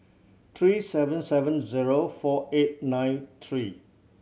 three seven seven zero four eight nine three